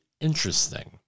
interesting